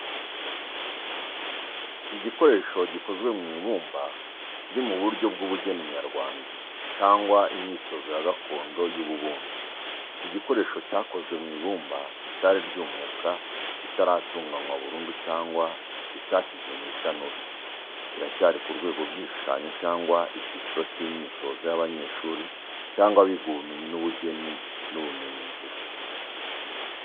Igikoresho gikozwe mu ibumba kiri mu buryo bw’ubugeni nyarwanda cyangwa imyitozo ya gakondo y’ububumbyi. Iki gikoresho cyakozwe mu ibumba ritari ryumuka ritaratunganywa burundu cyangwa ritashyizwe mu itanura. Kiracyari mu rwego rw’igishushanyo cyangwa icyiciro cy’imyitozo y’abanyeshuri cyangwa abiga ubumenyi bw’ubugeni n’ubumenyi ngiro.